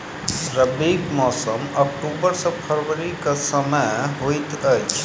रबीक मौसम अक्टूबर सँ फरबरी क समय होइत अछि